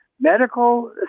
Medical